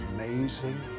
amazing